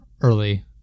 early